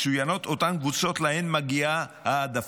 מצוינות אותן קבוצות שלהן מגיעה העדפה,